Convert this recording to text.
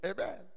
Amen